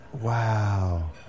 Wow